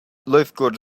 lifeguards